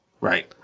Right